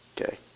Okay